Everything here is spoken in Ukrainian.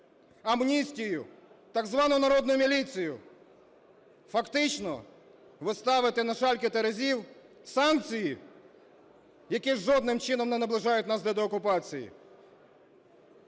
амністію, так звану народну міліцію. Фактично ви ставите на шальки терезів санкції, які жодним чином не наближають нас до деокупації,